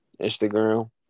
Instagram